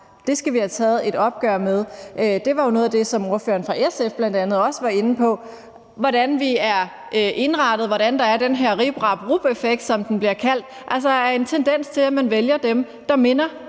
Det skal vi have taget et opgør med. Det var noget af det, som ordføreren fra SF bl.a. også var inde på, altså hvordan vi er indrettet, og hvordan der er den her Rip, Rap og Rup-effekt, som den bliver kaldt, altså en tendens til, at man vælger dem, der minder